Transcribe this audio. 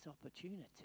opportunity